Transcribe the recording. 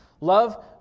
love